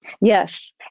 Yes